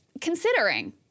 considering